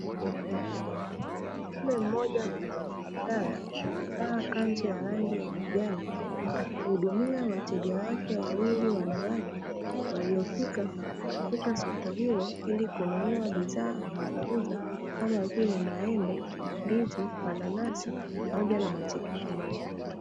Mwanaume mmoja mfanyabiashara amevaa kanzu ya kijani akihudumia wateja wake wawili wanawake, waliofika katika soko hilo ili kununua bidhaa anazouza kama vile maembe, ndizi, mananasi pamoja na matikiti maji.